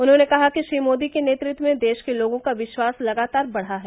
उन्होंने कहा कि श्री मोदी के नेतृत्व में देश के लोगों का विश्वास लगातार बढ़ा है